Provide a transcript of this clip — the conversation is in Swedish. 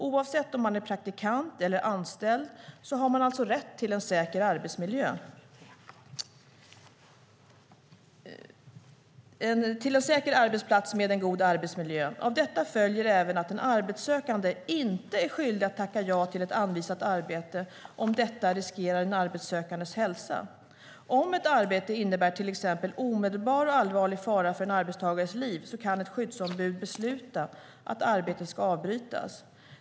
Oavsett om man är praktikant eller anställd har man alltså rätt till en säker arbetsplats med en god arbetsmiljö. Av detta följer även att en arbetssökande inte är skyldig att tacka ja till ett anvisat arbete om detta riskerar den arbetssökandes hälsa. Om ett arbete innebär till exempel omedelbar och allvarlig fara för en arbetstagares liv kan ett skyddsombud besluta att arbetet ska avbrytas.